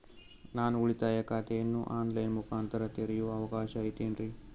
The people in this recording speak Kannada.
ನಾನು ಉಳಿತಾಯ ಖಾತೆಯನ್ನು ಆನ್ ಲೈನ್ ಮುಖಾಂತರ ತೆರಿಯೋ ಅವಕಾಶ ಐತೇನ್ರಿ?